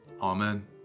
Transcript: Amen